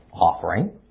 offering